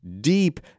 deep